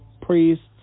priests